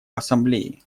ассамблеи